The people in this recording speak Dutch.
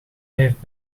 heeft